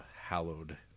hallowed